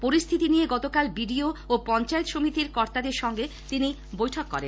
পরিস্থিতি নিয়ে গতকাল ভিডিও ও পঞ্চায়েত সমিতির কর্তাদের নিয়ে তিনি বৈঠক করেন